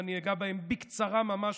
ואני אגע בהם בקצרה ממש,